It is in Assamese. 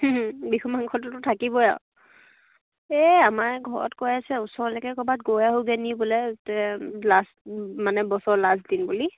বিহু মাংসটোতো থাকিবই আু এই আমাৰ ঘৰত কৈ আছে ওচৰলৈকে ক'ৰবাত গৈ আহোগৈনি বোলে তে লাষ্ট মানে বছৰৰ লাষ্ট দিন বুলি